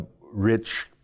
rich